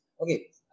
Okay